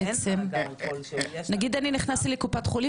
נאמר שנכנסתי לקופת חולים